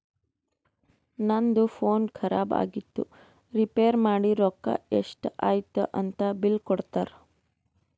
ನಂದು ಫೋನ್ ಖರಾಬ್ ಆಗಿತ್ತು ರಿಪೇರ್ ಮಾಡಿ ರೊಕ್ಕಾ ಎಷ್ಟ ಐಯ್ತ ಅಂತ್ ಬಿಲ್ ಕೊಡ್ತಾರ್